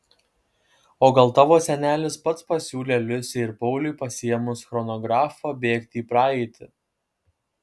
o gal tavo senelis pats pasiūlė liusei ir pauliui pasiėmus chronografą bėgti į praeitį